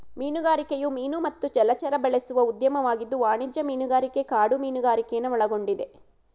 ಮೀನುಗಾರಿಕೆಯು ಮೀನು ಮತ್ತು ಜಲಚರ ಬೆಳೆಸುವ ಉದ್ಯಮವಾಗಿದ್ದು ವಾಣಿಜ್ಯ ಮೀನುಗಾರಿಕೆ ಕಾಡು ಮೀನುಗಾರಿಕೆನ ಒಳಗೊಂಡಿದೆ